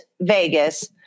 Vegas